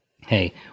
Hey